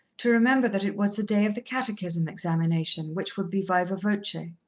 to remember that it was the day of the catechism examination, which would be viva voce.